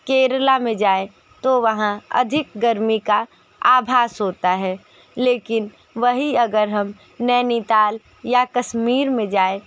केरल में जाए तो वहाँ अधिक गर्मी का आभास होता है लेकिन वही अगर हम नैनीताल या कश्मीर में जाएँ